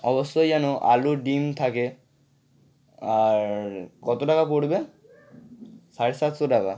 অবশ্যই যেন আলু ডিম থাকে আর কত টাকা পড়বে সাড়ে সাতশো টাকা